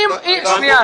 סליחה,